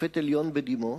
שופט עליון בדימוס,